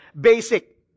basic